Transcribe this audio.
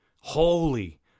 holy